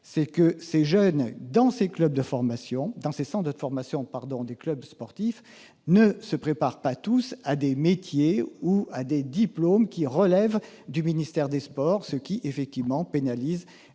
les jeunes qui sont dans les centres de formation des clubs sportifs ne se préparent pas tous à des métiers ou à des diplômes relevant du ministère des sports, ce qui pénalise